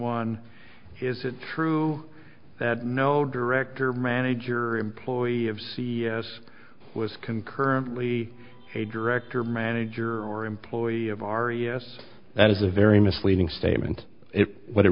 one is it true that no director manager employee of c s was concurrently a director manager or employee of our yes that is a very misleading statement if what it